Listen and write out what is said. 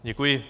Děkuji.